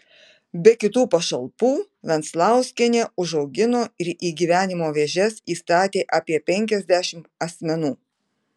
be kitų pašalpų venclauskienė užaugino ir į gyvenimo vėžes įstatė apie penkiasdešimt asmenų